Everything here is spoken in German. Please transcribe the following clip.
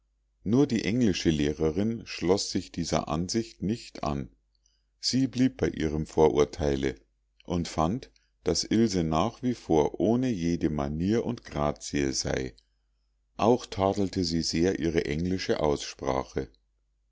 nur die englische lehrerin schloß sich dieser ansicht nicht an sie blieb bei ihrem vorurteile und fand daß ilse nach wie vor ohne jede manier und grazie sei auch tadelte sie sehr ihre englische aussprache